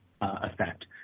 effect